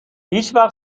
هیچوقت